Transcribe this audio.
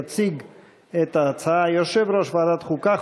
יציג את ההצעה יושב-ראש ועדת החוקה,